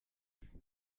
you